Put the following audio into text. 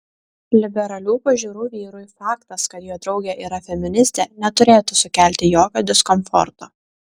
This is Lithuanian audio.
liberalių pažiūrų vyrui faktas kad jo draugė yra feministė neturėtų sukelti jokio diskomforto